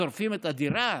שורפים את הדירה?